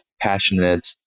passionate